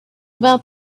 about